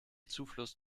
zufluss